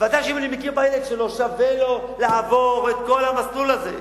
ודאי שאם אני מכיר בילד שלו שווה לו לעבור את כל המסלול הזה,